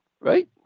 right